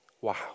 Wow